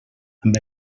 amb